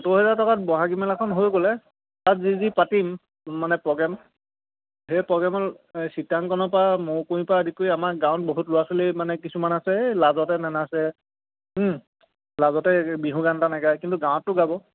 সত্তৰ হেজাৰ টকাত বহাগী মেলাখন হৈ গ'লে তাত যি যি পাতিম মানে প্ৰ'গ্ৰেম সেই প্ৰ'গ্ৰেমত চিত্ৰাংকনৰ পৰা মৌ কুুঁৱৰীৰ পৰা আদি কৰি আমাৰ গাঁৱত বহুত ল'ৰা ছোৱালী মানে কিছুমান আছে এই লাজতে নেনাছে লাজতে বিহু গান এটা নেগায় কিন্তু গাঁৱততো গাব